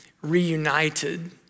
reunited